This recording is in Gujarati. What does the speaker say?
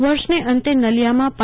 વર્ષને અંતે નલિયામાં પ